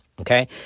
Okay